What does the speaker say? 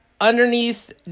Underneath